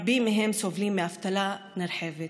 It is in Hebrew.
רבים מהם סובלים מאבטלה נרחבת,